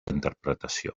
interpretació